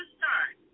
start